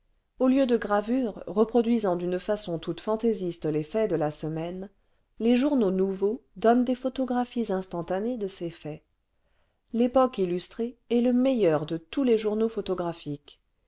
au lieu de gravures reproduisant d'une façon toute fantaisiste les faits de la semaine les journaux nouveaux donnent des photographies instantanées de ces faits y epoque illustrée est le meilleur de tous les journaux photographiques